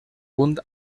punt